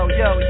yo